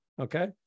Okay